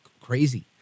crazy